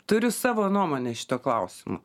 turiu savo nuomonę šituo klausimu